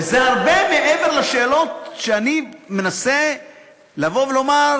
וזה הרבה מעבר לשאלות שאני מנסה לבוא ולומר,